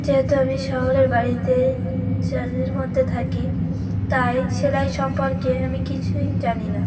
যেহেতু আমি শহরের বাড়িতে মধ্যে থাকি তাই সেলাই সম্পর্কে আমি কিছুই জানি না